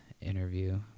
interview